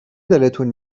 دلتون